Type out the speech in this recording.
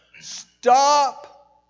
Stop